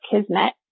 kismet